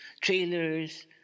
trailers